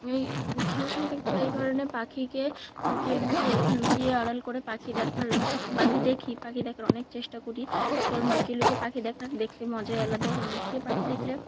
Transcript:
এই সামনা সামনি দেখতে পাই এই কারণে পাখিকে লুকিয়ে লুকিয়ে লুকিয়ে আড়াল করে পাখি দেখার পাখি দেখি পাখি দেখার অনেক চেষ্টা করি কারণ লুকিয়ে লুকিয়ে পাখি দেখার দেখতে মজাই আলাদা লুকিয়ে পাখি দেখলে